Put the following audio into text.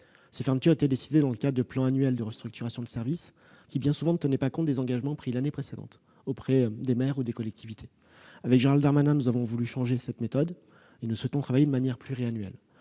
Ces fermetures ont été décidées dans le cadre de plans annuels de restructurations de services, qui ne tenaient bien souvent pas compte des engagements pris l'année précédente auprès des maires ou des collectivités. Gérald Darmanin et moi-même avons voulu changer cette méthode et nous souhaitons travailler de manière pluriannuelle,